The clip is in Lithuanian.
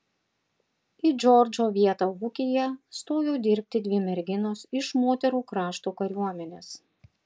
į džordžo vietą ūkyje stojo dirbti dvi merginos iš moterų krašto kariuomenės